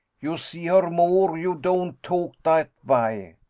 you see her more, you don't talk dat vay.